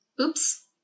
Oops